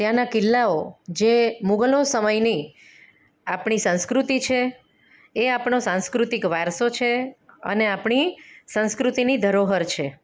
ત્યાંના કિલ્લાઓ જે મુઘલો સમયની આપણી સંસ્કૃતિ છે એ આપણો સંસ્કૃતિક વારસો છે અને આપણી સંસ્કૃતિની ધરોહર છે